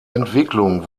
entwicklung